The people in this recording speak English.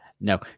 no